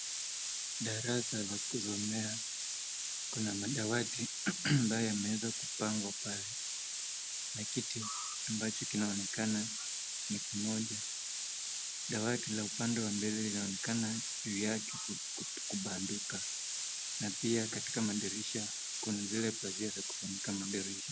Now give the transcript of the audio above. Darasa la kusomea, kuna madawati ambaye yameweza kupangwa pale ana kiti ambacho kinaonekana ni kimoja. Dawati la upande wa mbele linaonekana viatu kubanduka na pia katika madirisha kuna zile pazia za kufunika madirisha.